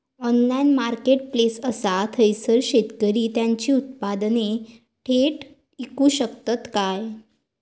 Online marketplace असा थयसर शेतकरी त्यांची उत्पादने थेट इकू शकतत काय?